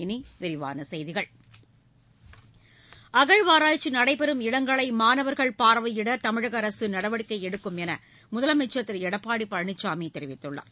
இனி விரிவான செய்திகள் அகழ்வாராய்ச்சி நடைபெறும் இடங்களை மாணவர்கள் பார்வையிட தமிழக அரசு நடவடிக்கை எடுக்கும் என முதலமைச்சர் திரு எடப்பாடி பழனிசாமி தெரிவித்துள்ளார்